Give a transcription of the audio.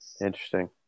Interesting